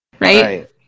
Right